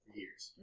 years